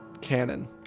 Canon